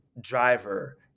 driver